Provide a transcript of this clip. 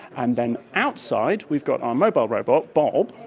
and then outside we've got our mobile robot, bob.